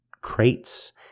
crates